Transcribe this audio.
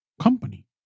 company